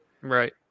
Right